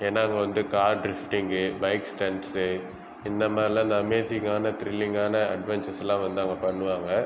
ஏன்னால் அங்கே வந்து கார் ட்ரிஃப்டிங்கு பைக் ஸ்டண்ட்ஸு இந்த மாதிரிலாம் அந்த அமேசிங்கான த்ரில்லிங்கான அட்வென்ச்சர்ஸ்லாம் வந்து அங்கே பண்ணுவாங்க